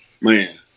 Man